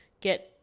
get